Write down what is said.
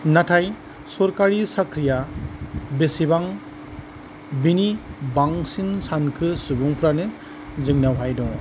नाथाय सरकारि साख्रिया बेसेबां बिनि बांसिन सानखो सुबुंफ्रानो जोंनावहाय दङ